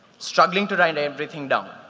struggling to write everything down.